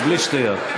בלי שטויות.